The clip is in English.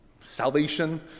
salvation